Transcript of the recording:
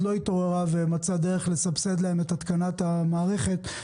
לא התעוררה ומצאה דרך לסבסד להם את התקנת המערכת,